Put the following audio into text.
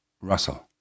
Russell